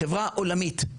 חברה עולמית.